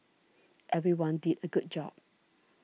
everyone did a good job